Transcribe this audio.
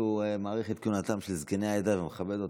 שהוא מאריך את כהונתם של זקני העדה ומכבד אותם,